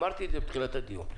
אמרתי את זה בתחילת הדיון.